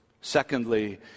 Secondly